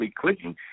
clicking